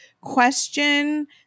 question